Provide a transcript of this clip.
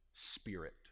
Spirit